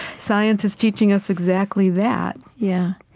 science is teaching us exactly that yeah,